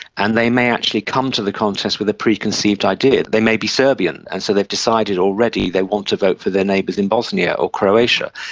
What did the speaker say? and they may actually come to the contest with a preconceived idea. they may be serbian, and so they've decided already they want to vote for their neighbours in bosnia or croatia.